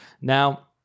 Now